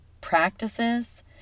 practices